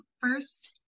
first